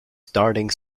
starting